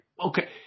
okay